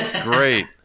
Great